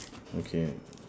okay